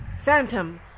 Phantom